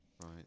right